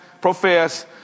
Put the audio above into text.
profess